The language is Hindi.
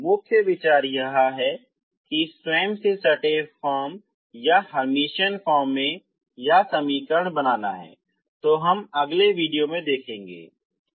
तो मुख्य विचार यह है की स्वयं से सटे फार्म या हर्मिटियन फार्म में इस समीकरण बनाना है तो हम अगले वीडियो में देखेंगे